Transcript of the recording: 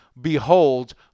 Behold